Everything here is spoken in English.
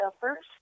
first